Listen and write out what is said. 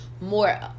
more